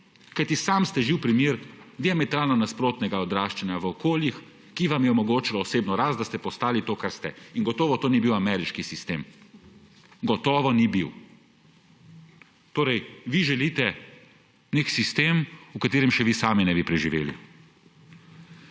Kajti sami ste živ primer diametralno nasprotnega odraščanja v okoljih, ki vam je omogočalo osebno rast, da ste postali to, kar ste. In gotovo to ni bil ameriški sistem. Gotovo ni bil. Torej, vi želite neki sistem, v katerem še vi sami ne bi preživeli